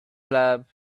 club